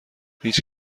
هیچ